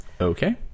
Okay